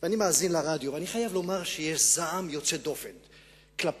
ואני מאזין לרדיו ואני חייב לומר שיש זעם יוצא דופן כלפינו,